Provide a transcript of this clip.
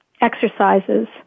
exercises